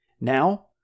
Now